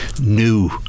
new